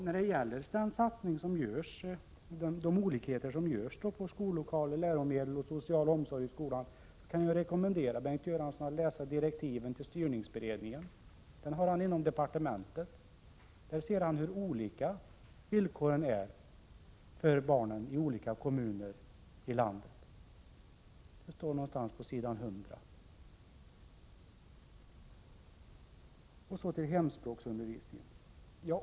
När det gäller olikheterna i fråga om de satsningar som görs på skollokaler, läromedel och social omsorg i skolan kan jag rekommendera Bengt Göransson att läsa direktiven till styrningsberedningen. De direktiven finns inom departementet. Där kan Bengt Göransson se hur olika villkoren är för barnen i olika kommuner i landet. Det står någonstans på s. 100. Så till hemspråksundervisningen.